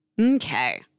okay